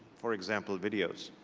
for example, videos.